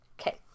Okay